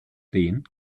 den